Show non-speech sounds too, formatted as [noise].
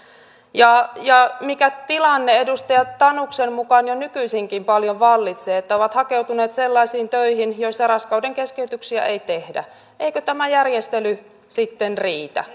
mikä tilanne edustaja tanuksen mukaan jo nykyisinkin paljon vallitsee ovat hakeutuneet sellaisiin töihin joissa raskaudenkeskeytyksiä ei tehdä eikö tämä järjestely sitten riitä [unintelligible]